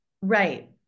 Right